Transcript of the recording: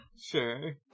Sure